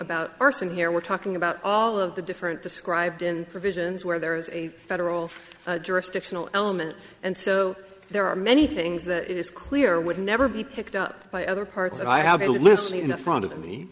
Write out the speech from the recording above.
about arson here we're talking about all of the different described in provisions where there is a federal jurisdictional element and so there are many things that it is clear would never be picked up by other parts i have a list in the front of me